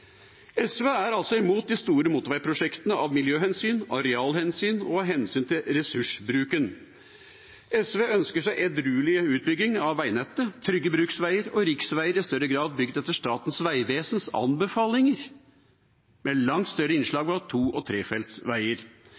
SV er altså imot de store motorveiprosjektene av miljøhensyn, av arealhensyn og av hensyn til ressursbruken. SV ønsker seg edruelig utbygging av veinettet, trygge bruksveier og riksveier i større grad bygd etter Statens vegvesens anbefalinger – med langt større innslag av to- og